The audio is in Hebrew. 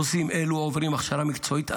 עו"סים אלו עוברים הכשרה מקצועית ארוכה,